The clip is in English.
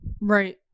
Right